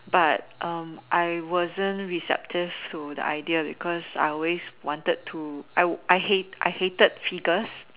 but I wasn't receptive to the idea because I always wanted to I hate I hated figures